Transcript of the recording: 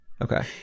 Okay